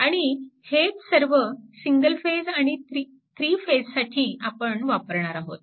आणि हेच सर्व सिंगल फेज आणि थ्री फेज साठी आपण वापरणार आहोत